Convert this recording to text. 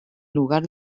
lugar